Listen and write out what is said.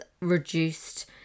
reduced